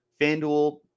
fanduel